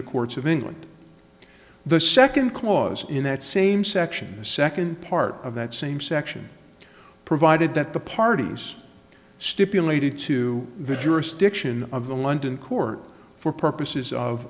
the courts of england the second clause in that same section the second part of that same section provided that the parties stipulated to the jurisdiction of the london court for purposes of